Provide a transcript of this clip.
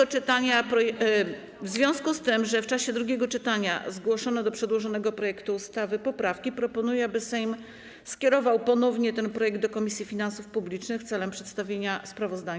W związku z tym, że w czasie drugiego czytania zgłoszono do przedłożonego projektu ustawy poprawki, proponuję, aby Sejm skierował ponownie ten projekt do Komisji Finansów Publicznych w celu przedstawienia sprawozdania.